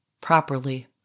properly